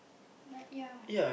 like ya